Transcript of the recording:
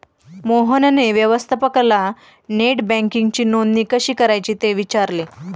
मोहनने व्यवस्थापकाला नेट बँकिंगसाठी नोंदणी कशी करायची ते विचारले